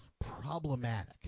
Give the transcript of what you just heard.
problematic